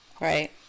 right